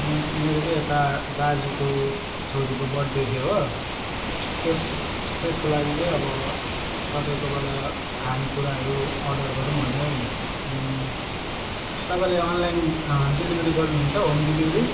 मेरो चाहिँ यता दाजुको छोरीको बर्थडे थियो हो त्यसको लागि चाहिँ अब तपाईँकोबाट खाने कुराहरू अर्डर गरौँ भनेर नि तपाईँले अनलाइन डेलिबेरी गर्नुहुन्छ होम डेलिबेरी